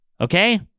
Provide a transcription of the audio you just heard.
Okay